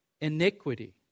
iniquity